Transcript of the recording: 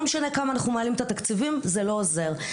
לא משנה כמה אנחנו מעלים את התקציבים, זה לא עוזר.